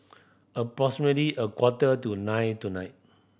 a quarter to nine tonight